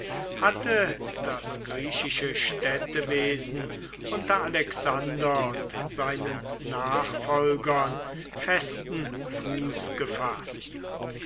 hatte das griechische städtewesen unter alexander und seinen nachfolgern festen fuß gefaßt